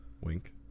Wink